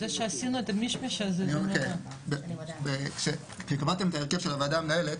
שעשינו את המישמש הזה --- כשקבעתם את ההרכב של הוועדה המנהלת,